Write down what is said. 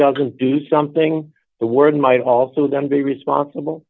doesn't do something the word might also then be responsible